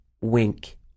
wink